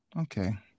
Okay